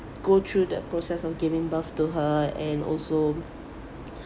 go through the process of giving birth to her and also